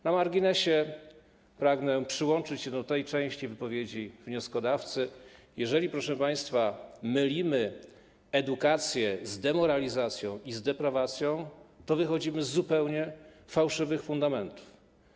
Na marginesie - pragnę przyłączyć się do tej części wypowiedzi wnioskodawcy - jeżeli, proszę państwa, mylimy edukację z demoralizacją i z deprawacją, to wychodzimy z zupełnie fałszywych fundamentów.